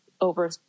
over